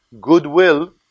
goodwill